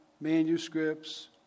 manuscripts